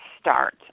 start